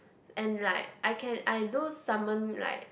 and like I can I do summon like